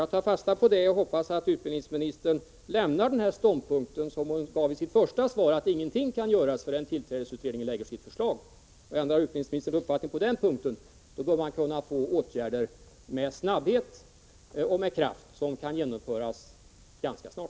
Jag tar fasta på utbildningsministerns uttalande och hoppas att hon frångår sin ståndpunkt i interpellationssvaret, nämligen att ingenting kan göras innan tillträdesutredningen lagt fram sitt förslag. Om utbildningsministern ändrar uppfattning på den punkten, bör det vara möjligt att snabbt och kraftfullt vidta åtgärder.